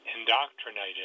indoctrinated